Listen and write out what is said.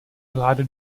vláda